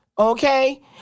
Okay